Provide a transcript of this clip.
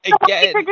again